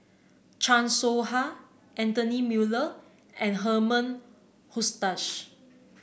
Chan Soh Ha Anthony Miller and Herman Hochstadt